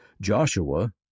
Joshua